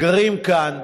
הגרים כאן,